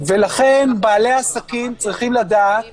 בעלי העסקים צריכים לדעת